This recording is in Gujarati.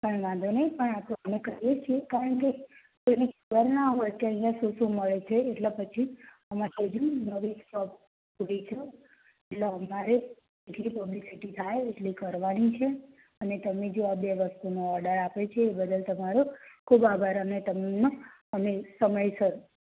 કઈ વાંધો નઇ પણ અમે કરીએ છીએ કારણકે કોઈને ખબર ના હોય અહિયાં શું શું મળે છે એટલે પછી અમારે દેખ એટલે અમારે એટલે ક્રવાનીક છે અને તમે જો આ બે વસ્તુનો ઓર્ડર આપ્યો છે એ બદલ તમારો ખૂબ આભાર અને તમને સમયસર